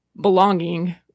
belonging